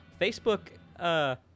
Facebook